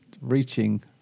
reaching